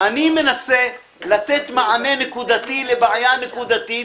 אני מנסה לתת מענה נקודתי לבעיה נקודתית,